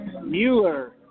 Mueller